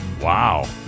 wow